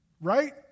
right